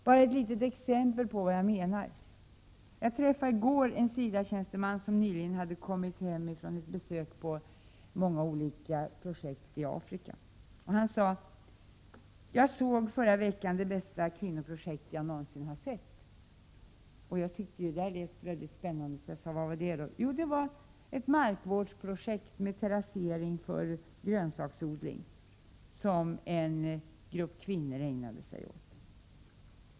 Bara ett litet exempel på vad jag menar: Jag träffade i går en SIDA-tjänsteman som nyligen hade kommit hem från ett besök vid många olika projekt i Afrika. Han sade: ”Jag såg förra veckan det bästa kvinnoprojekt jag någonsin har sett.” Jag tyckte att det lät väldigt spännande, så jag frågade vad det var. Jo, det var ett markvårdsprojekt med terrassering för grönsaksodling som en grupp kvinnor ägnade sig åt.